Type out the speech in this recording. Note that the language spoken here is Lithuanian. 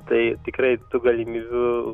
tai tikrai tų galimybių